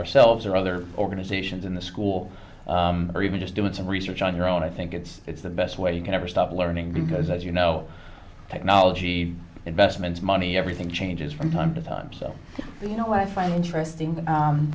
ourselves or other organizations in the school or even just doing some research on your own i think it's the best way you can ever stop learning because as you know technology investments money everything changes from time to time so you know what i find interesting